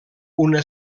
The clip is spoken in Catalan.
una